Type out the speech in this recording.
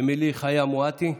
אמילי חיה מואטי,